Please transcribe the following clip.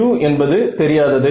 u என்பது தெரியாதது